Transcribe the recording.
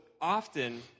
often